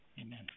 Amen